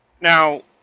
Now